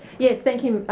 yes, thank you,